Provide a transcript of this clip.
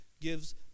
gives